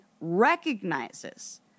recognizes